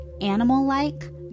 animal-like